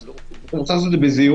אז צריך לעשות את זה בזהירות.